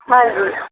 ਹਾਂਜੀ